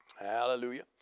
Hallelujah